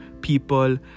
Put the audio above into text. people